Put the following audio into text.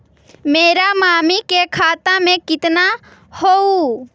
मेरा मामी के खाता में कितना हूउ?